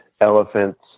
elephants